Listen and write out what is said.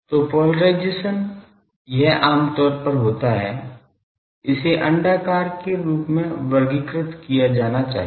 तो पोलराइजेशन यह आमतौर पर होता है इसे अण्डाकार के रूप में वर्गीकृत किया जाना चाहिए